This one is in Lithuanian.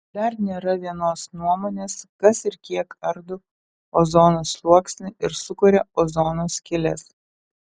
dar nėra vienos nuomonės kas ir kiek ardo ozono sluoksnį ir sukuria ozono skyles